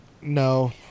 No